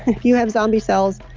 if you have zombie cells,